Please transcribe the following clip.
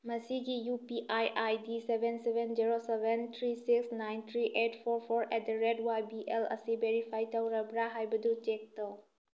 ꯃꯁꯤꯒꯤ U P I I D seven seven zero seven three six nine three eight four four at the rate Y B L ꯑꯁꯤ verify ꯇꯧꯔꯕ꯭ꯔꯥ ꯍꯥꯏꯕꯗꯨ check ꯇꯧ